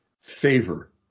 favor